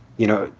you know,